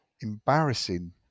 embarrassing